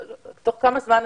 תוך כמה זמן?